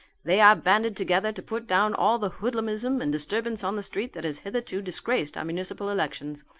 they are banded together to put down all the hoodlumism and disturbance on the street that has hitherto disgraced our municipal elections.